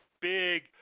big